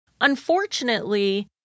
unfortunately